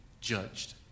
judged